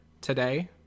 today